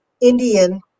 Indian